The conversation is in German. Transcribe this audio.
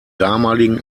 damaligen